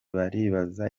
baribaza